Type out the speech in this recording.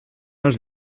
els